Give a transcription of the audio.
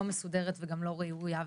לא מסודרת וגם לא ראויה ורשמית.